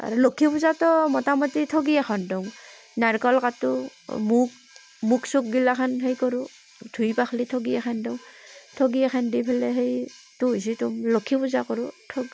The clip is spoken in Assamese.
আৰু লক্ষী পূজাতো মোটামুটি ঠগী এখন দিওঁ নাৰিকল কাটো বুক বুট চুট গিলাখান হেৰি কৰোঁ ধুই পখালি ঠগী এখান দিওঁ ঠগী এখান দি পেলাই হেৰি লক্ষী পূজা কৰোঁ ঠ